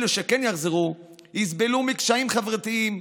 אלו שכן יחזרו יסבלו מקשיים חברתיים,